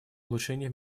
улучшений